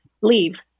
leave